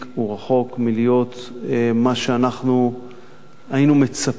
הוא רחוק מלהיות מה שאנחנו היינו מצפים